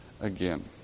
again